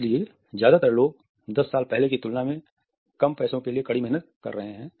इसलिए ज्यादातर लोग 10 साल पहले की तुलना में कम पैसों के लिए कड़ी मेहनत कर रहे हैं